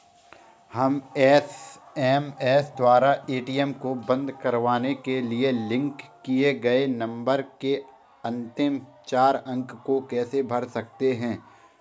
हम एस.एम.एस द्वारा ए.टी.एम को बंद करवाने के लिए लिंक किए गए नंबर के अंतिम चार अंक को कैसे भर सकते हैं?